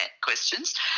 questions